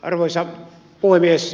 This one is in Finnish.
arvoisa puhemies